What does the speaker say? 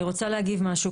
אני רוצה להגיד משהו.